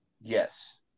Yes